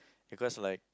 because like